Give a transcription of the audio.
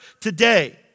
today